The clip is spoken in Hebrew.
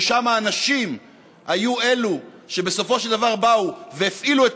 ששם הנשים היו שבסופו של דבר באו והפעילו את